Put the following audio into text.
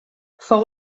fou